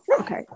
Okay